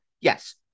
Yes